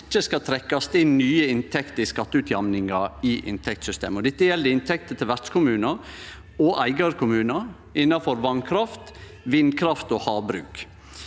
ikkje skal trekkje inn nye inntekter i skatteutjamninga i inntektssystemet, og dette gjeld inntektene til vertskommunar og eigarkommunar innanfor vasskraft, vindkraft og havbruk.